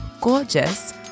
gorgeous